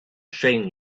shane